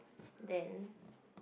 then